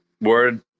Word